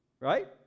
right